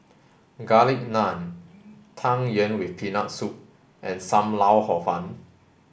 garlic naan tang yuen with peanut soup and Sam Lau Hor Fun